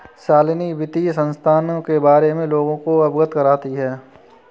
शालिनी वित्तीय संस्थाएं के बारे में लोगों को अवगत करती है